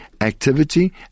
activity